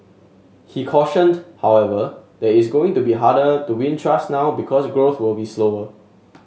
he cautioned however that is going to be harder to win trust now because growth will be slower